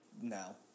now